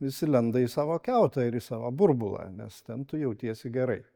visi lenda į savo kiautą ir į savo burbulą nes ten tu jautiesi gerai